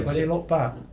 but you look back.